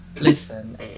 Listen